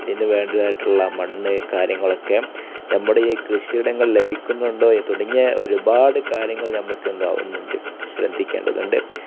അതിന് വേണ്ടതായിട്ടുള്ള മണ്ണ് കാര്യങ്ങളൊക്കെ നമ്മുടെ ഈ കൃഷിയിടങ്ങളിൽ ലഭിക്കുന്നുണ്ടോ തുടങ്ങിയ ഒരുപാട് കാര്യങ്ങൾ നമുക്ക് എന്താകുന്നുണ്ട് ശ്രദ്ധിക്കേണ്ടതുണ്ട്